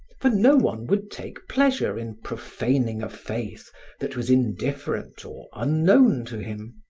for no one would take pleasure in profaning a faith that was indifferent or unknown to him.